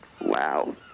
Wow